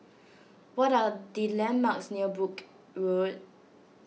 what are the landmarks near Brooke Road